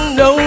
no